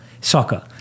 soccer